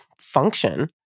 function